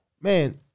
man